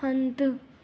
हंधु